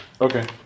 Okay